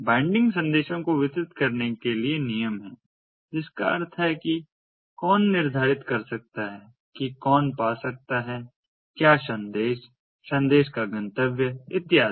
binding संदेशों को वितरित करने के लिए नियम हैं जिसका अर्थ है कि कौन निर्धारित कर सकता है कि कौन पा सकता है क्या संदेश संदेश का गंतव्य इत्यादि